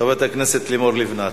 חברת הכנסת לימור לבנת.